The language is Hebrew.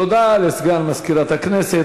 תודה לסגן מזכירת הכנסת.